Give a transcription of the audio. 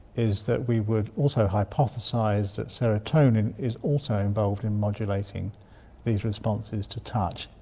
is that we would also hypothesise that serotonin is also involved in modulating these responses to touch,